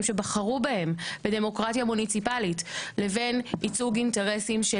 שבחרו בהם בדמוקרטיה מוניציפלית לבין ייצוג אינטרסים של